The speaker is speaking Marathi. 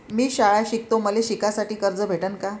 मी शाळा शिकतो, मले शिकासाठी कर्ज भेटन का?